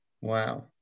Wow